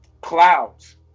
Clouds